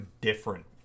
different